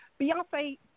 Beyonce